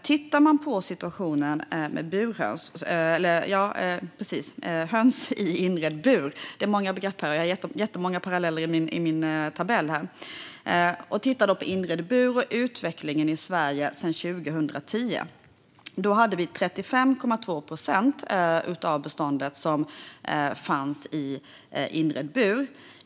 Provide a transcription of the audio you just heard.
Tittar man på utvecklingen i Sverige sedan 2010 ser man att vi då hade 35,2 procent av hönsbeståndet i inredd bur.